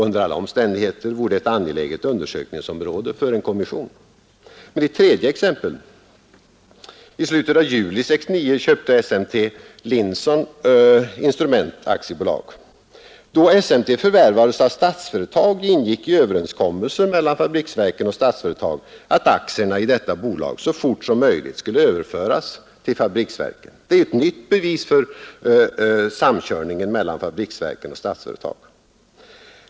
Under alla omständigheter vore det ett angeläget undersökningsområde för en kommission. Jag vill ge ett tredje exempel. I slutet av juli 1969 köpte SMT Linson instrument AB. Då SMT förvärvades av Statsföretag ingick i överenskommelsen mellan fabriksverken och Statsföretag att aktierna i Linson instrument AB så fort som möjligt skulle överföras till fabriksverken. Det är ännu ett bevis för samkörningen mellan fabriksverken och Statsföretag.